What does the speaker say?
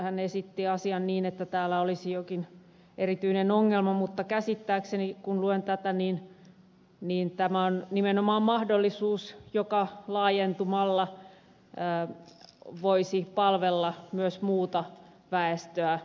hän esitti asian niin että tässä olisi jokin erityinen ongelma mutta käsittääkseni kun luen tätä tämä on nimenomaan mahdollisuus joka laajentumalla voisi palvella myös muuta väestöä